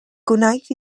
gwnaeth